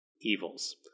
evils